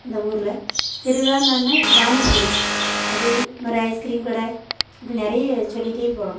இந்த ஊரில் திருவிழானோன பானி பூரி அது இந்த மாதிரி ஐஸ் கிரீம் கடை இப்படி நிறைய சொல்லிக்கிட்டே போகலாம்